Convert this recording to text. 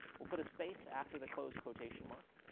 we'll put a space after the closed quotation mark,